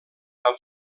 amb